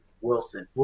Wilson